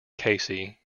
casey